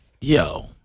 Yo